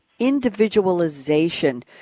individualization